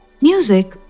Music